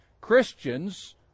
Christians